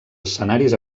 escenaris